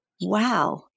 wow